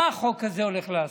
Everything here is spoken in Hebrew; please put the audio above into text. מה החוק הזה הולך לעשות?